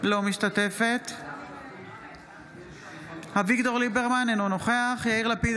אינה משתתפת בהצבעה אביגדור ליברמן - אינו נוכח יאיר לפיד,